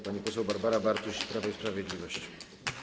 Pani poseł Barbara Bartuś z Prawa i Sprawiedliwości.